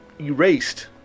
erased